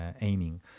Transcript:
aiming